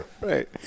right